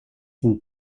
une